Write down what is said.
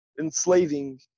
enslaving